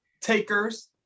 takers